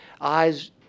Eyes